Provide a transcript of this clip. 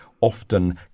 often